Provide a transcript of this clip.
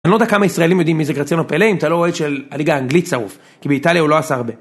אני לא יודע כמה ישראלים יודעים מי זה קרציאנו פלה, אם אתה לא רואה את של הליגה האנגלית שרוף, כי באיטליה הוא לא עשה הרבה.